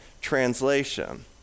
translation